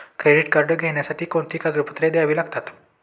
Credit card घेण्यासाठी कोणती कागदपत्रे घ्यावी लागतात?